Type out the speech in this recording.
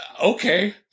okay